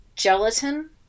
gelatin